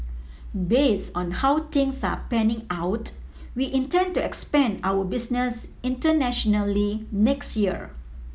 based on how things are panning out we intend to expand our business internationally next year